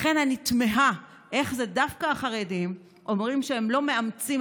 לכן אני תמהה איך זה דווקא החרדים אומרים שהם לא מאמצים,